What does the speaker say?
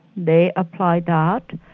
they apply that,